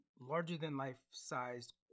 larger-than-life-sized